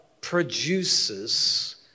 produces